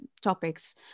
topics